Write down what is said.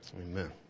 Amen